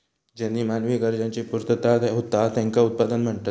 ज्येनीं मानवी गरजांची पूर्तता होता त्येंका उत्पादन म्हणतत